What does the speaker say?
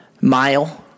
mile